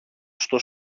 στο